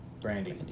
Brandy